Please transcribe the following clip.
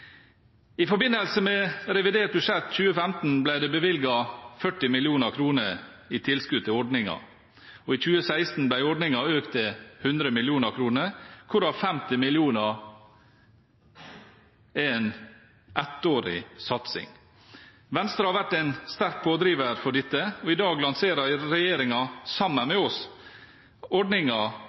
I forbindelse med revidert budsjett 2015 ble det bevilget 40 mill. kr i tilskudd til ordningen, og i 2016 ble ordningen økt til 100 mill. kr, hvorav 50 mill. kr. er en ettårig satsing. Venstre har vært en sterk pådriver for dette, og i dag lanserer regjeringen – sammen med oss